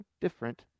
different